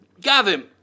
Gavin